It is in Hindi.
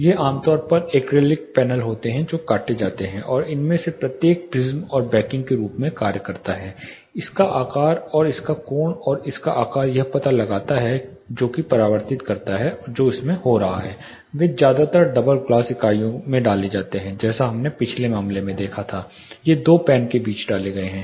ये आमतौर पर ऐक्रेलिक पैनल होते हैं जो काटे जाते हैं और इनमें से प्रत्येक प्रिज्म और बैकिंग के रूप में कार्य करता है इसका आकार और इसका कोण और इसका आकार यह पता लगाता है जो यह परावर्तित करता है जो इसमें हो रहा है वे ज्यादातर डबल ग्लास इकाइयों में डाले जाते हैं जैसे हमने पिछले मामले में देखा था ये दो पैन के बीच डाले गए हैं